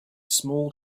small